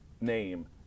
name